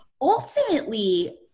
Ultimately